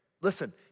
Listen